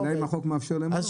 השאלה אם החוק מאפשר להם או לא.